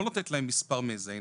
לא נותנת להם מספר מזהה,